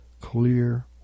clear